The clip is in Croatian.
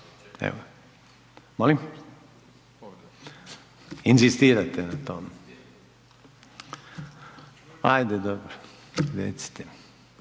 Može? Molim? Inzistirate na tome, ajde dobro recite,